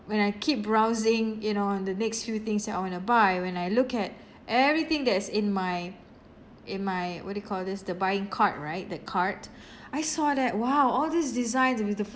when I keep browsing you know the next few things that I want to buy when I look at everything that is in my in my what do you call this the buying cart right that cart I saw that !wow! all these designs with the